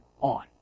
on